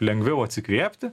lengviau atsikvėpti